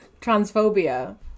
transphobia